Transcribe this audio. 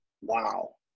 Wow